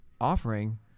offering